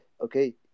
okay